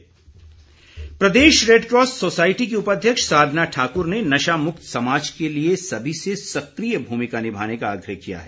red cross प्रदेश red cross society की उपाध्यक्ष साधना ठाकुर ने नशा मुक्त समाज के लिए सभी से सक्रिय भूमिका निभाने का आग्रह किया है